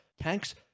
Tanks